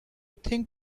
think